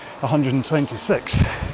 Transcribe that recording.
126